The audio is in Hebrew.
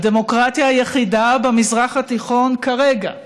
הדמוקרטיה היחידה במזרח התיכון כרגע,